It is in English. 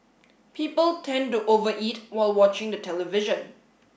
people tend to over eat while watching the television